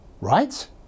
right